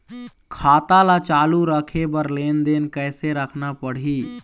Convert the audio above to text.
खाता ला चालू रखे बर लेनदेन कैसे रखना पड़ही?